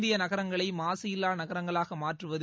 இந்தியநகரங்களைமாசு இல்லாநகரங்களாகமாற்றுவது